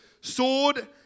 sword